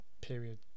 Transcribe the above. period